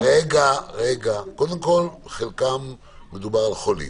חלקם חולים.